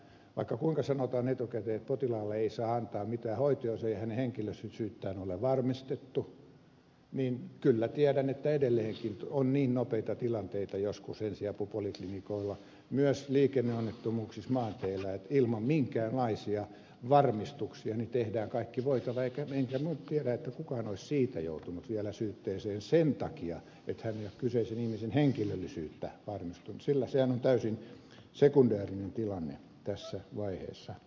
vaikka kuinka sanotaan etukäteen että potilaalle ei saa antaa mitään hoitoja jos ei hänen henkilöllisyyttään ole varmistettu niin kyllä tiedän että edelleenkin on niin nopeita tilanteita joskus ensiapupoliklinikoilla myös liikenneonnettomuuksissa maanteillä että ilman minkäänlaisia varmistuksia tehdään kaikki voitava enkä minä nyt tiedä että kukaan olisi siitä joutunut vielä syytteeseen sen takia että hän ei ole kyseisen ihmisen henkilöllisyyttä varmistanut sillä sehän on täysin sekundäärinen tilanne tässä vaiheessa